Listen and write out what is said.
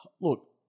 Look